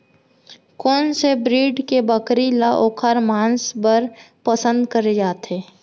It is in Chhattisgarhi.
कोन से ब्रीड के बकरी ला ओखर माँस बर पसंद करे जाथे?